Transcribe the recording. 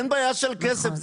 אין בעיה של כסף.